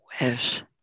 wish